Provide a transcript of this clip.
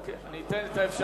אוקיי, אני אתן את האפשרות.